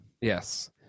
Yes